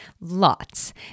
lots